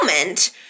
moment